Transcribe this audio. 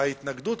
ההתנגדות,